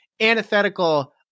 antithetical